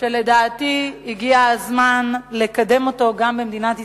שלדעתי הגיע הזמן לקדם אותו גם במדינת ישראל,